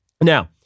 Now